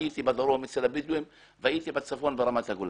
הייתי בדרום אצל הבדואים והייתי בצפון ברמת הגולן.